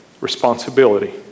responsibility